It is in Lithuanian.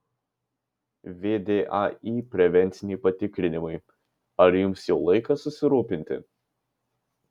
vdai prevenciniai patikrinimai ar jums jau laikas susirūpinti